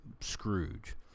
Scrooge